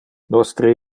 nostre